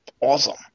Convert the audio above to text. awesome